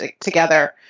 together